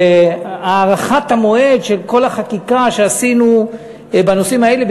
הארכת המועד של כל החקיקה שעשינו בנושאים האלה.